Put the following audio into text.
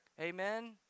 Amen